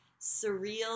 surreal